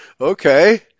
Okay